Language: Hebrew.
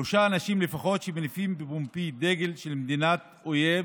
שלושה אנשים לפחות שמניפים בפומבי דגל של מדינת אויב